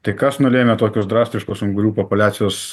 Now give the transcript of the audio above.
tai kas nulėmė tokius drastiškus ungurių populiacijos